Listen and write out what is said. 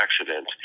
accident